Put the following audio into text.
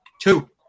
Two